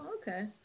okay